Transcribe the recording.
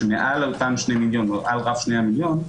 שמעל לרף שני המיליון,